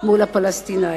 מספיק,